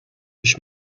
ich